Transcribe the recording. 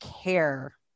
care